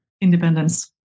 independence